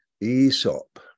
Aesop